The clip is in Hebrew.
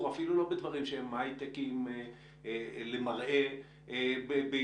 בייצור גלגלים למרכבה אפילו לא בדברים שהם הייטקים למראה בייצור